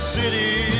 city